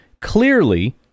Clearly